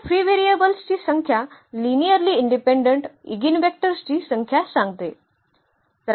तर फ्री व्हेरिएबल्सची संख्या लिनिअर्ली इंडिपेंडेंट इगिनवेक्टर्सची संख्या सांगते